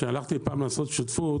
כשהלכתי פעם לעשות שותפות,